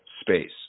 space